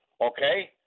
Okay